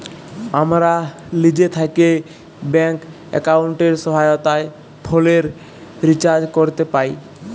আমরা লিজে থ্যাকে ব্যাংক এক্কাউন্টের সহায়তায় ফোলের রিচাজ ক্যরতে পাই